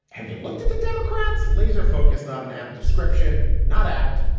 have you looked at the democrats laser focus? not an apt description. not apt.